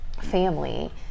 Family